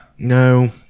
No